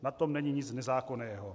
Na tom není nic nezákonného.